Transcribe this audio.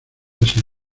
asia